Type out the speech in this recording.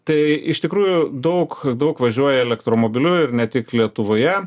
tai iš tikrųjų daug daug važiuoji elektromobiliu ir ne tik lietuvoje